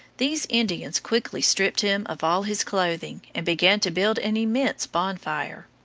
these indians quickly stripped him of all his clothing and began to build an immense bonfire.